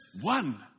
one